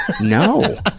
No